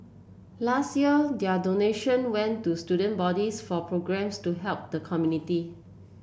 last year their donation went to student bodies for programmes to help the community